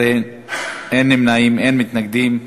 12 בעד, אין נמנעים, אין מתנגדים.